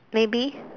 maybe